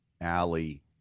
alley